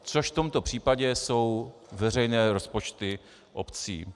Což v tomto případě jsou veřejné rozpočty obcí.